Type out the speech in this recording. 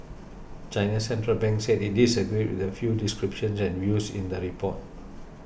China's Central Bank said it disagreed with a few descriptions and views in the report